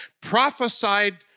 prophesied